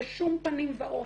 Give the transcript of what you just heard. בשום פנים ואופן.